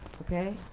Okay